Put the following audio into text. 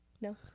No